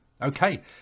okay